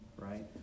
right